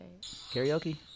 Karaoke